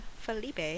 felipe